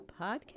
podcast